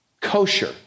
kosher